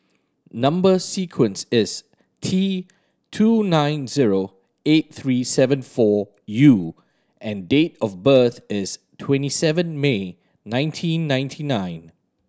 number sequence is T two nine zero eight three seven four U and date of birth is twenty seven May nineteen ninety nine